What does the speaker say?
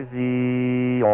the